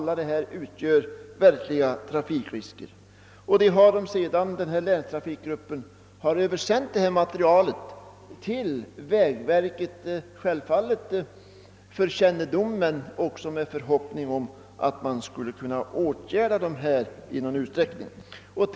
Länstrafikgruppen har översänt materialet till vägverket — självfallet för kännedom men också med förhoppningen att åtgärder skulle vidtagas för att få bort dessa trafikfällor.